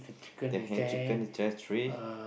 the hand chicken is there a tree